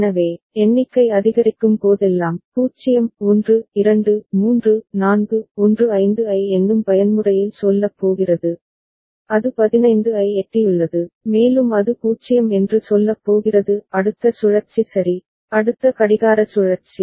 எனவே எண்ணிக்கை அதிகரிக்கும் போதெல்லாம் 0 1 2 3 4 15 ஐ எண்ணும் பயன்முறையில் சொல்லப் போகிறது அது 15 ஐ எட்டியுள்ளது மேலும் அது 0 என்று சொல்லப் போகிறது அடுத்த சுழற்சி சரி அடுத்த கடிகார சுழற்சி